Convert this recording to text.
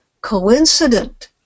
coincident